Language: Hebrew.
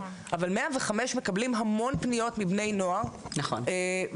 אבל 105 מקבלים המון פניות מבני נוער והם